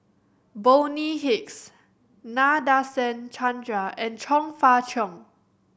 Bonny Hicks Nadasen Chandra and Chong Fah Cheong